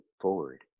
forward